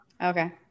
Okay